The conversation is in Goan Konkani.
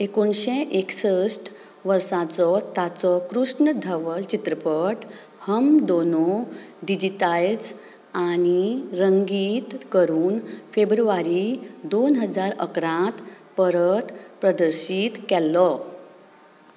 एकुणीशें एकसश्ठ वर्साचो ताचो कृष्णधवल चित्रपट हम दोनो डिजिटायज आनी रंगीत करून फेब्रुवारी दोन हजार इकरांत परत प्रदर्शीत केल्लो